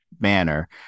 manner